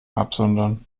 absondern